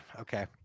Okay